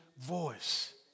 voice